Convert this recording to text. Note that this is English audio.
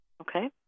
Okay